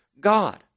God